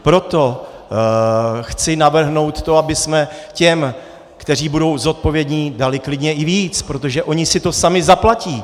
Proto chci navrhnout to, abychom těm, kteří budou zodpovědní, dali klidně i víc, protože oni si to sami zaplatí.